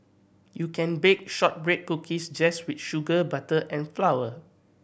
you can bake shortbread cookies just with sugar butter and flour